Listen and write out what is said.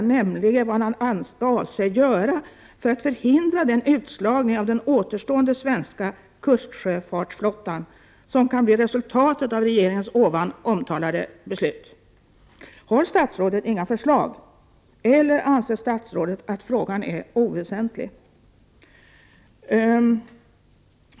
Den gällde vad man avser göra för att förhindra den utslagning av den återstående svenska kustsjöfartsflottan som kan bli resultatet av regeringens tidigare omtalade beslut. Har statsrådet inga förslag eller anser statsrådet att frågan är oväsentlig?